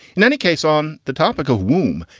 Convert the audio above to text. in any case, on the topic of womb,